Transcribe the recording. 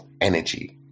energy